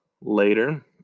later